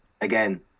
again